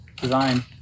design